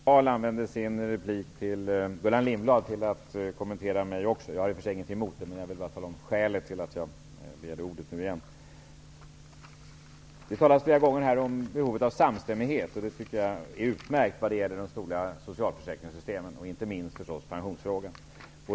Herr talman! Birgitta Dahl använde sin replik till Gullan Lindblad bl.a. till att kommentera vad jag sagt, och jag har i och för sig inget emot det. Jag vill bara nämna skälet till att jag begärt ordet återigen. Det har flera gånger här talats om behovet av samstämmighet, och det är utmärkt när det gäller de stora socialförsäkringssystemen -- och då, förstås, inte minst pensionsfrågan.